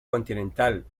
continental